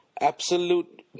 absolute